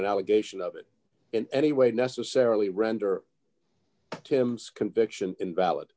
an allegation d of it in any way necessarily render kim's conviction invalid